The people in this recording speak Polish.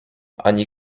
ani